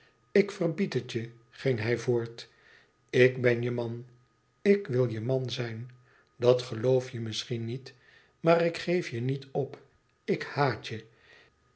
ik verbied het je ging hij voort ik ben je man ik wil je man zijn dat geloof je misschien niet maar ik geef je niet op ik haat